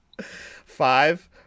Five